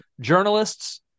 Journalists